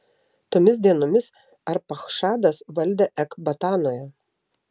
tomis dienomis arpachšadas valdė ekbatanoje